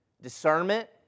Discernment